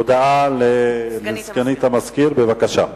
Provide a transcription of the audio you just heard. הודעה לסגנית המזכיר, בבקשה.